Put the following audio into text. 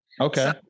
Okay